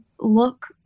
look